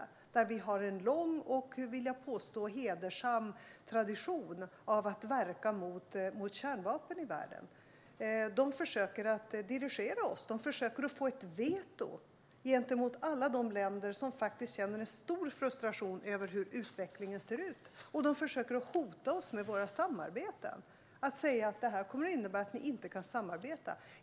Sverige har en lång och hedersam tradition av att verka mot kärnvapen i världen. De försöker dirigera oss och få ett veto gentemot alla de länder som känner en stor frustration över hur utvecklingen ser ut, och de försöker hota våra samarbeten. De säger att vi inte kommer att kunna samarbeta.